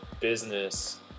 business